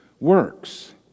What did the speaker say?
works